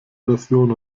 version